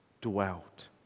dwelt